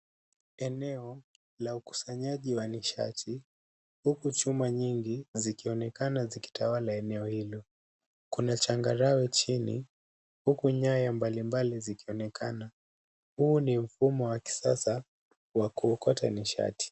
Eneo la ukusanyaji wa nishati huku chuma nyingi zikionekana zikitawala eneo hilo. Kuna changarawe chini, huku nyaya mbali mbali zikionekana. Huu ni mfumo wa kisasa wa kuokota nishati.